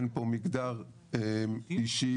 אין פה מגדר אישי,